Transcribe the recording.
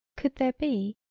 could there be.